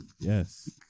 Yes